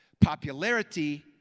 Popularity